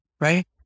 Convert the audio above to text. right